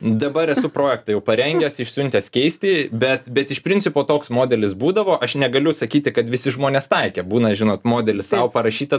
dabar esu projektą jau parengęs išsiuntęs keisti bet bet iš principo toks modelis būdavo aš negaliu sakyti kad visi žmonės taikė būna žinot modelį sau parašytą